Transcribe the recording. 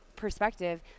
perspective